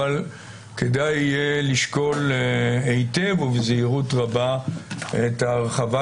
אבל כדאי לשקול היטב או בזהירות רבה את ההרחבה